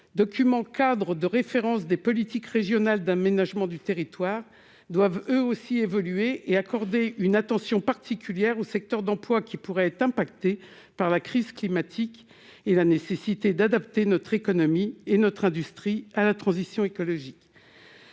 document cadre de référence des politiques régionales d'aménagement du territoire doivent eux aussi évoluer et accorder une attention particulière au secteur d'emplois qui pourraient être impactés par la crise climatique et la nécessité d'adapter notre économie et notre industrie à la transition écologique,